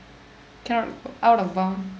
cannot out of bound